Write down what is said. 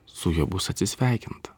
su juo bus atsisveikinta